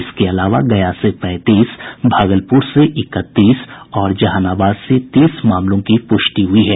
इसके अलावा गया से पैंतीस भागलपुर से इकतीस और जहानाबाद से तीस मामलों की पुष्टि हुई है